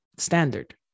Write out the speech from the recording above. standard